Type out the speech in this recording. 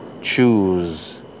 choose